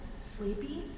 sleepy